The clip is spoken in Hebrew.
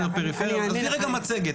עזבי רגע מצגת,